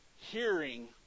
hearing